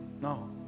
no